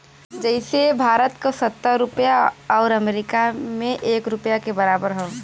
जइसे भारत क सत्तर रुपिया आउर अमरीका के एक रुपिया के बराबर हौ